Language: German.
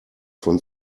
von